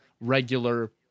regular